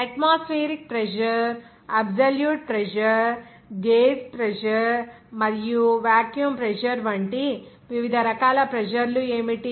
atmospheric pressure absolute pressure gauge pressure మరియు vacuum pressure వంటి వివిధ రకాల ప్రెజర్ లు ఏమిటి